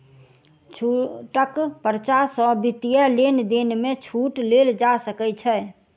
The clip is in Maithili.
छूटक पर्चा सॅ वित्तीय लेन देन में छूट लेल जा सकै छै